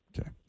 Okay